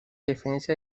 defensa